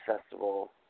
festival